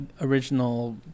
original